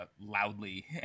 loudly